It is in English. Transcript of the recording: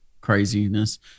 craziness